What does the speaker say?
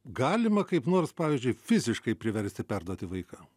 galima kaip nors pavyzdžiui fiziškai priversti perduoti vaiką